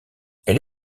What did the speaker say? elle